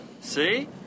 See